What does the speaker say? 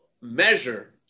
measure